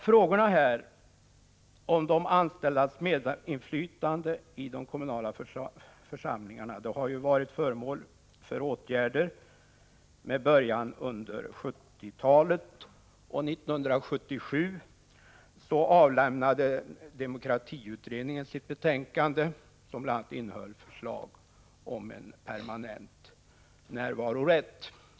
Frågan om de anställdas medinflytande i de kommunala församlingarna har varit föremål för åtgärder sedan 1970-talet. 1977 avlämnade demokratiutredningen sitt betänkande, som bl.a. innehöll förslag om en permanent närvarorätt.